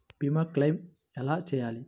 భీమ క్లెయిం ఎలా చేయాలి?